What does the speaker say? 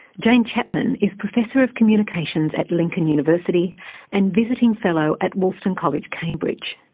jane chapman is professor of communications at lincoln university and visiting fellow at wolston college, cambridge.